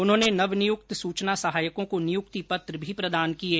उन्होंने नवनियुक्त सूचना सहायकों को नियुक्ति पत्र भी प्रदान किये